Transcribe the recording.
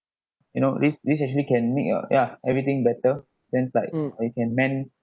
you know this this actually can make your ya everything better then like you can mend